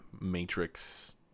Matrix